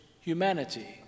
humanity